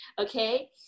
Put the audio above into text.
Okay